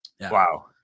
Wow